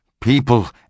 People